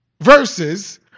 verses